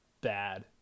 bad